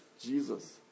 Jesus